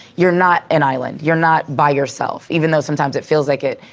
you're not an island. you're not by yourself even though sometimes it feels like it,